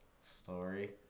story